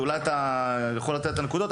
אולי אתה יכול לתת את הנקודות,